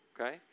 okay